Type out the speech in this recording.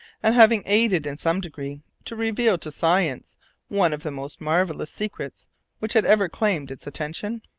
and having aided in some degree to reveal to science one of the most marvellous secrets which had ever claimed its attention?